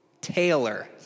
Taylor